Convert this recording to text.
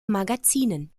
magazinen